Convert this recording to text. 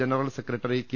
ജനറൽസെ ക്രട്ടറി K